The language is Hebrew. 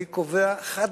אני קובע חד-משמעית,